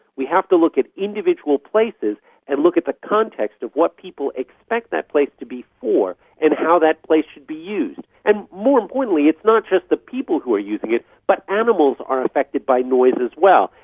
we have to look at individual places and look at the context of what people expect that place to be for and how that place should be used. and more importantly, it's not just the people who are using it but animals are affected by noise as well,